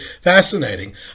fascinating